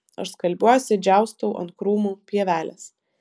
aš skalbiuosi džiaustau ant krūmų pievelės